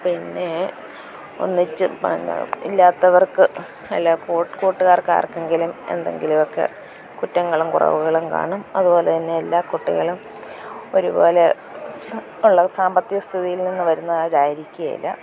പിന്നെ ഒന്നിച്ച് ഇല്ലാത്തവർക്ക് എല്ലാ കൂട്ടുകാർക്കാർക്കെങ്കിലും എന്തെങ്കിലുമൊക്കെ കുറ്റങ്ങളും കുറവുകളും കാണും അതുപോലെത്തന്നെ എല്ലാ കുട്ടികളും ഒരുപോലെ ഉള്ള സാമ്പത്തിക സ്ഥിതിയിൽനിന്ന് വരുന്നവരായിരിക്കില്ല